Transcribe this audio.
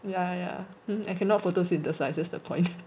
yeah yeah I cannot photosynthesise that's the point